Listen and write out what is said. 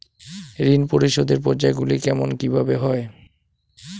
ঋণ পরিশোধের পর্যায়গুলি কেমন কিভাবে হয়?